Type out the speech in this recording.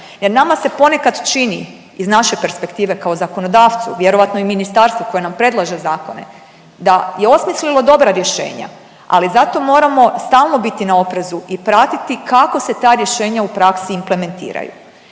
jer nama se ponekad čini iz naše perspektive kao zakonodavcu, vjerojatno i ministarstvu koje nam predlaže zakone da je osmislilo dobra rješenja, ali zato moramo stalno biti na oprezu i pratiti kako se ta rješenja u praksi implementiraju.